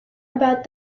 about